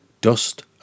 Dust